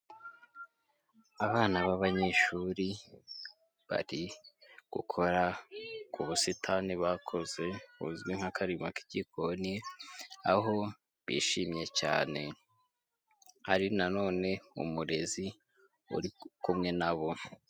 Abana b'abanyeshuri bari gukora ku busitani bakoze buzwi nk'akarima k'igikoni, aho bishimye cyane, hari na none umurezi uri kumwe na bo.